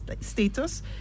status